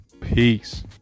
Peace